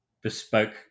bespoke